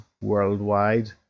worldwide